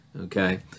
Okay